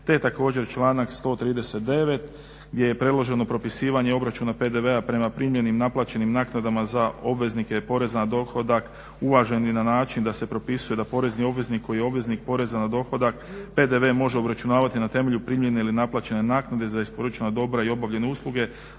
je također članak 139. gdje je predloženo propisivanje obračuna PDV-a prema primljenim naplaćenim naknadama za obveznike poreza na dohodak uvaženi na način da se propisuje da porezni obveznik koji je obveznik poreza na dohodak PDV može obračunavati na temelju primljene ili naplaćene naknade za isporučena dobra i obavljene usluge